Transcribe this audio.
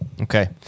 Okay